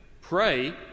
pray